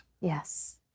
Yes